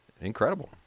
incredible